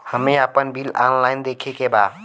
हमे आपन bill online देखे के बा?